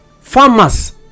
Farmers